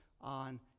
on